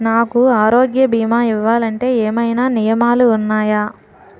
నాకు ఆరోగ్య భీమా ఇవ్వాలంటే ఏమైనా నియమాలు వున్నాయా?